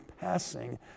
passing